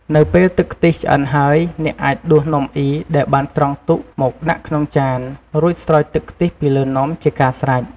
នៅពេលទឹកខ្ទិះឆ្អិនហើយ អ្នកអាចដួសនំអុីដែលបានស្រង់ទុកមកដាក់ក្នុងចាន រួចស្រោចទឹកខ្ទិះពីលើនំជាការស្រេច។